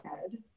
head